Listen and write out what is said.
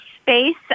space